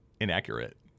inaccurate